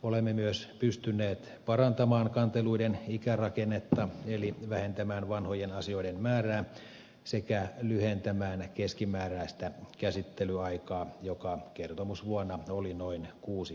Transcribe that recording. olemme myös pystyneet parantamaan kanteluiden ikärakennetta eli vähentämään vanhojen asioiden määrää sekä lyhentämään keskimääräistä käsittelyaikaa joka kertomusvuonna oli noin kuusi kuukautta